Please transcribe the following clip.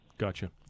Gotcha